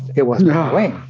it wasn't halloween.